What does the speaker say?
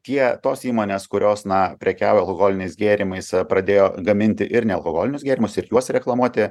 tie tos įmonės kurios na prekiavo alkoholiniais gėrimais pradėjo gaminti ir nealkoholinius gėrimus ir juos reklamuoti